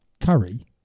Curry